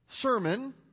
sermon